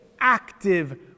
active